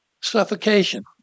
Suffocation